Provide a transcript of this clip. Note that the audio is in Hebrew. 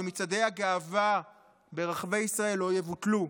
שמצעדי הגאווה ברחבי ישראל לא יבוטלו?